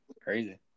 Crazy